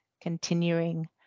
continuing